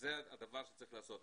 שזה הדבר שצריך לעשות.